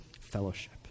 fellowship